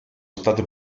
state